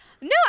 No